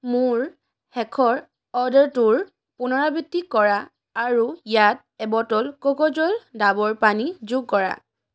মোৰ শেষৰ অৰ্ডাৰটোৰ পুনৰাবৃত্তি কৰা আৰু ইয়াত এবটল কোকোজল ডাবৰ পানী যোগ কৰা